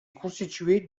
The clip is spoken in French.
constituée